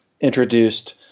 introduced